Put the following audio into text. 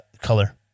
color